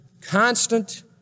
constant